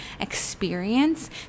experience